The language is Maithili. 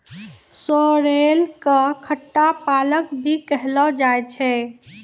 सोरेल कॅ खट्टा पालक भी कहलो जाय छै